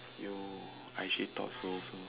you I actually thought so also